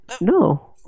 No